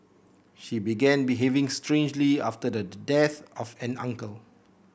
she began behaving strangely after the death of an uncle